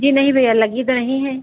जी नहीं भैया लगी तो नहीं हैं